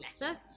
letter